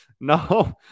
No